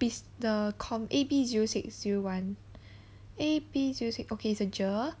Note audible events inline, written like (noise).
the com~ A_B zero six zero one (breath) A_B zero six okay it's a GER